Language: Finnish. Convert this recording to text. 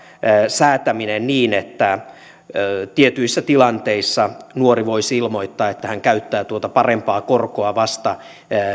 säätäminen niin että tietyissä tilanteissa nuori voisi ilmoittaa että hän käyttää tuota parempaa korkoa vasta